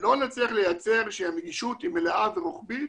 לא נצליח לייצר שהנגישות היא מלאה ורוחבית